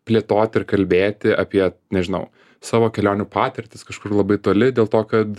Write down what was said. plėtoti ir kalbėti apie nežinau savo kelionių patirtis kažkur labai toli dėl to kad